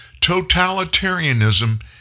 Totalitarianism